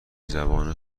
زبان